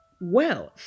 wealth